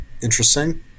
interesting